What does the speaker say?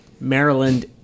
Maryland